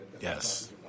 Yes